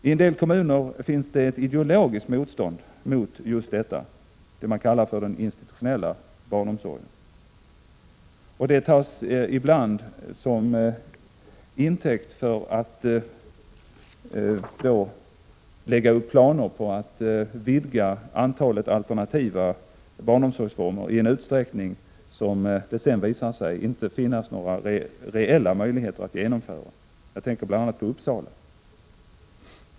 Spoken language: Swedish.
I en del kommuner finns det ett ideologiskt motstånd mot just det som man kallar den institutionella barnomsorgen. Det tas ibland till intäkt för att lägga upp planer på att öka antalet alternativa barnomsorgsformer i en utsträckning som det sedan visar sig inte finnas några reella möjligheter att genomföra. Jag tänker bl.a. på Uppsala.